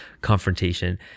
confrontation